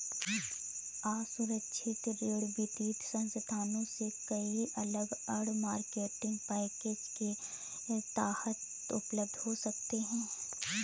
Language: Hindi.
असुरक्षित ऋण वित्तीय संस्थानों से कई अलग आड़, मार्केटिंग पैकेज के तहत उपलब्ध हो सकते हैं